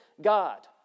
God